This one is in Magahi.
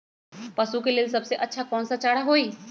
पशु के लेल सबसे अच्छा कौन सा चारा होई?